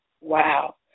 Wow